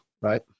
Right